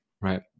right